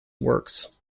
works